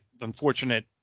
unfortunate